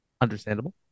Understandable